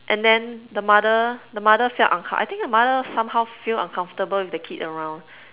and then the mother the mother felt uncom~ I think the mother somehow feel uncomfortable with the kid around